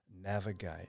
navigate